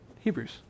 Hebrews